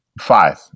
Five